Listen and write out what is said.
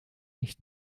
nicht